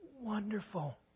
wonderful